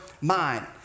mind